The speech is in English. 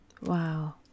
Wow